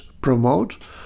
promote